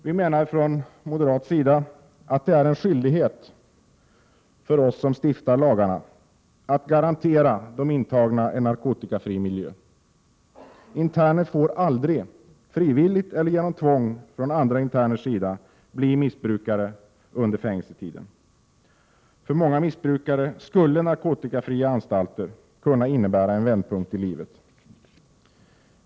Vi menar på moderat håll att det är en skyldighet för dem som stiftar lagarna att garantera de intagna en narkotikafri miljö. Interner får aldrig, frivilligt eller genom tvång från andra interners sida, bli missbrukare under fängelsetiden. För många missbrukare skulle narkotikafria anstalter kunna innebära en vändpunkt i livet.